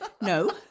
No